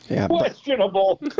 questionable